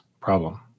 problem